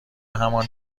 همان